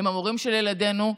הם המורים של ילדינו,